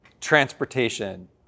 Transportation